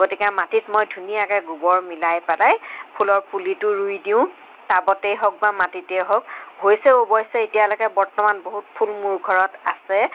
গতিকে মাটিত মই ধুনীয়াকৈ গোবৰ মিলাই পেলাই ফুলৰ পুলিটো ৰুই দিওঁ টাবতেই হওক বা মাটিতেই হওক হৈছেও অৱশ্যে বৰ্তমান বহুত ফুল মোৰ ঘৰত আছে